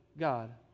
God